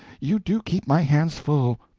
you do keep my hands full!